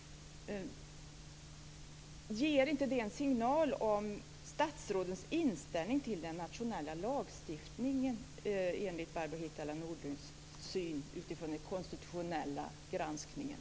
Ger inte det enligt Barbro Hietala Nordlund en signal om statsrådens inställning till den nationella lagstiftningen utifrån den konstitutionella granskningen?